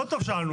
לא טוב ששאלנו.